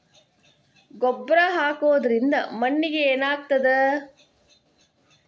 ಗೊಬ್ಬರ ಹಾಕುವುದರಿಂದ ಮಣ್ಣಿಗೆ ಏನಾಗ್ತದ?